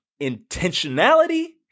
intentionality